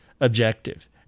objective